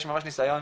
יש ממש ניסיון